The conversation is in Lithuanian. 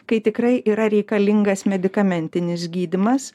kai tikrai yra reikalingas medikamentinis gydymas